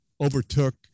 overtook